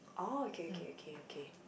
oh okay okay okay okay